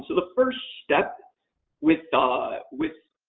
so the first step with ah with